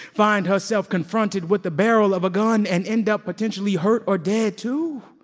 find herself confronted with the barrel of a gun and end up potentially hurt or dead too?